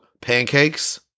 pancakes